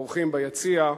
האורחים ביציע,